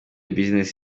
business